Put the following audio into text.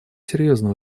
серьезно